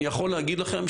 אני יכול להגיד לכם,